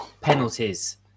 penalties